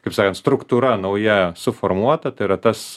kaip sakant struktūra nauja suformuota tai yra tas